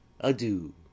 adieu